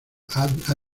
andrew